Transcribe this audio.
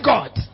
God